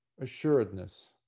assuredness